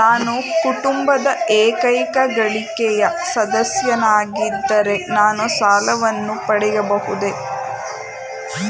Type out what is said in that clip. ನಾನು ಕುಟುಂಬದ ಏಕೈಕ ಗಳಿಕೆಯ ಸದಸ್ಯನಾಗಿದ್ದರೆ ನಾನು ಸಾಲವನ್ನು ಪಡೆಯಬಹುದೇ?